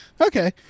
Okay